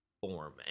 form